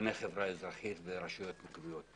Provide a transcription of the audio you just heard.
ארגוני חברה אזרחית ורשויות מקומיות.